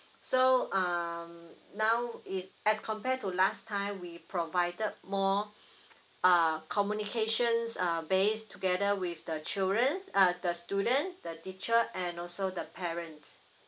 so um now it as compare to last time we provided more uh communications uh base together with the children uh the student the teacher and also the parents